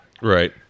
Right